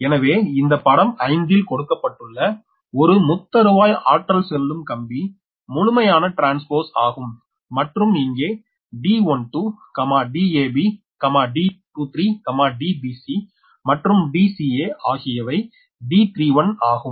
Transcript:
எனவே இந்த படம் 5 ல் கொடுக்கப்பட்டுள்ள ஒரு முத்தறுவாய் ஆற்றல் செல்லும் கம்பி முழுமையான ட்ரான்ஸ்போஸ் ஆகும் மற்றும் இங்கே D12 Dab D23 Dbc மற்றும் Dca ஆகியவை D31 ஆகும்